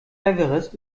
everest